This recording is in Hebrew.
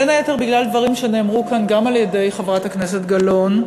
בין היתר בגלל דברים שנאמרו כאן גם על-ידי חברת הכנסת גלאון,